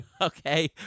Okay